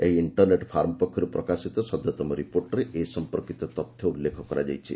ଏହି internet firm ପକ୍ଷରୁ ପ୍ରକାଶିତ ସଦ୍ୟତମ ରିପୋର୍ଟରେ ଏ ସଂପର୍କିତ ତଥ୍ୟ ଉଲ୍ଲେଖ କରାଯାଇଛି